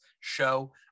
show